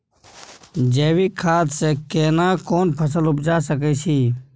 जैविक खाद से केना कोन फसल उपजा सकै छि?